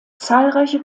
zahlreiche